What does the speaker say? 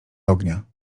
ognia